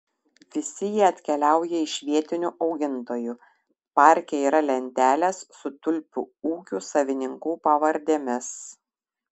visi jie atkeliauja iš vietinių augintojų parke yra lentelės su tulpių ūkių savininkų pavardėmis